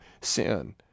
sin